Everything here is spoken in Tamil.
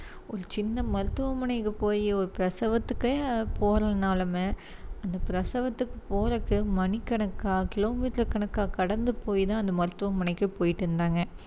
ஒரு சின்ன மருத்துவமனைக்கு போய் ஒரு பிரசவத்துக்கே போறதுனாலுமே அந்த பிரசவத்துக்கு போகிறதுக்கு மணிக்கணக்காக கிலோமீட்டர் கணக்காக கடந்து போய் தான் அந்த மருத்துவமனைக்கு போய்ட்டிருந்தாங்க